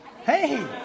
Hey